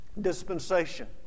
dispensation